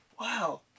Wow